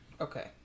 Okay